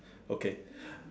okay